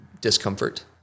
discomfort